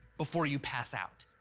before you pass out.